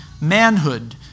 manhood